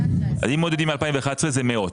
אז אם מודדים מ- 2011 זה מאות,